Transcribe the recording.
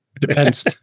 Depends